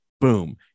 boom